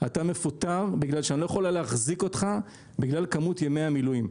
'אתה מפוטר בגלל שאני לא יכולה להחזיק אותך בגלל כמות ימי המילואים'.